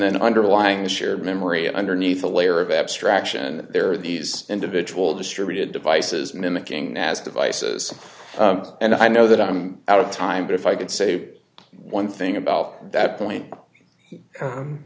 then underlying the shared memory underneath a layer of abstraction there are these individual distributed devices mimicking naz devices and i know that i'm out of time but if i could say one thing about that point